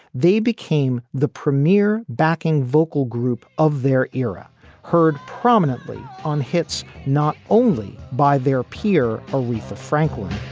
they became the premier backing vocal group of their era heard prominently on hits not only by their peer, aretha franklin